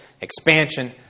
expansion